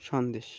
Sandesh